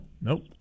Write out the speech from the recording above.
Nope